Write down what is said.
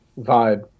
vibe